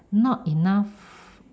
not enough